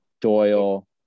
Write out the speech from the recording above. Doyle